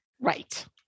Right